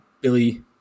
Billy